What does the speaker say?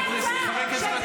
סליחה,